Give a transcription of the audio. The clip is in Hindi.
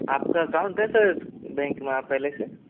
आपका अकाउंट है सर इस बैंक में पहले से